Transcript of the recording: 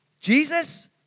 Jesus